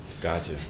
Gotcha